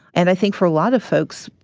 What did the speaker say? and i think for a lot of folks,